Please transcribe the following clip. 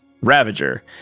ravager